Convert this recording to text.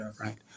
Right